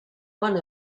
one